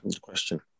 Question